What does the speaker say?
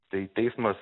tai teismas